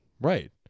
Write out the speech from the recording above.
Right